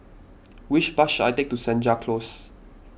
which bus should I take to Senja Close